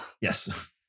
yes